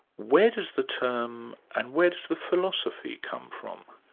where does the term, and where does the philosophy come from?